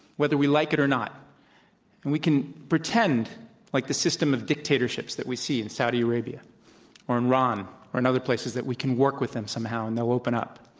whether we like it or not. and we can pretend like the system of dictatorships that we see in saudi arabia or in iran or in other places, that we can work with them somehow and they'll open up,